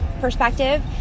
perspective